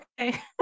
okay